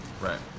Right